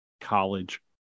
College